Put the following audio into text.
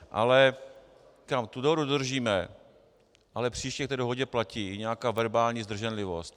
Ale tu dohodu dodržíme, ale příště k té dohodě platí nějaká verbální zdrženlivost.